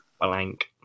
blank